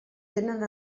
tenen